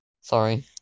Sorry